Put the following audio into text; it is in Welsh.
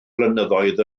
flynyddoedd